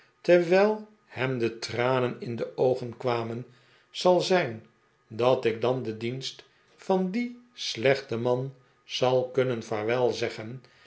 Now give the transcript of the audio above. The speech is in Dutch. terwijl hem de tranen in de oogen kwamen zal zijn dat ik dan den dienst van dien slechten man zal kunnen